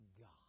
God